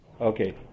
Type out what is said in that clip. Okay